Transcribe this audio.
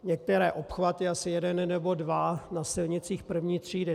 Některé obchvaty, asi jeden nebo dva na silnicích první třídy.